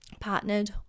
partnered